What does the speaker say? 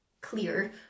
clear